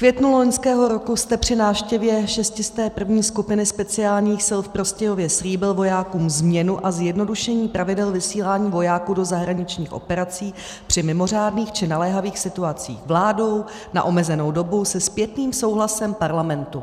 V květnu loňského roku jste při návštěvě 601. skupiny speciálních sil v Prostějově slíbil vojákům změnu a zjednodušení pravidel vysílání vojáků do zahraničních operací při mimořádných či naléhavých situacích vládou na omezenou dobu se zpětným souhlasem Parlamentu.